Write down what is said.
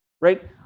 right